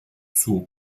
zur